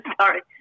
Sorry